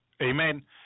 Amen